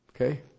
Okay